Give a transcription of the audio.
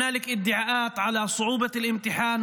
תודה רבה, אדוני היושב-ראש.